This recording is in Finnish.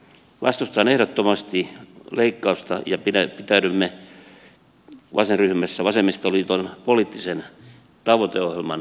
vastustan ehdottomasti leikkausta ja pitäydymme vasenryhmässä vasemmistoliiton poliittisen tavoiteohjelman vaatimuksissa